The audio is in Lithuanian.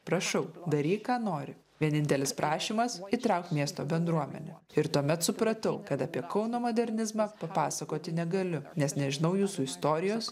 prašau daryk ką nori vienintelis prašymas įtraukt miesto bendruomenę ir tuomet supratau kad apie kauno modernizmą papasakoti negaliu nes nežinau jūsų istorijos